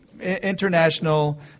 international